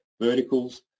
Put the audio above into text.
verticals